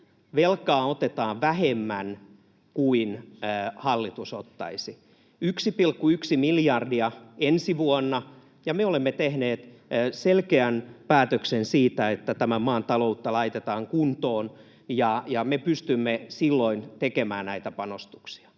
Velkaa otetaan vähemmän kuin hallitus ottaisi — 1,1 miljardia ensi vuonna — ja me olemme tehneet selkeän päätöksen siitä, että tämän maan taloutta laitetaan kuntoon, ja me pystymme silloin tekemään näitä panostuksia.